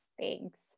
Thanks